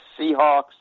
Seahawks